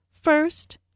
First